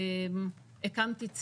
הקמתי צוות,